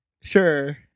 Sure